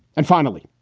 and finally,